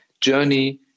journey